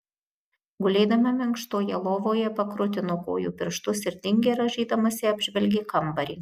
gulėdama minkštoje lovoje pakrutino kojų pirštus ir tingiai rąžydamasi apžvelgė kambarį